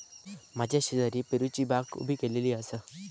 माझ्या शेजारी पेरूची बागा उभी केल्यानी आसा